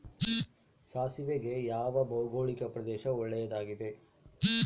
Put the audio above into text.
ಸಾಸಿವೆಗೆ ಯಾವ ಭೌಗೋಳಿಕ ಪ್ರದೇಶ ಒಳ್ಳೆಯದಾಗಿದೆ?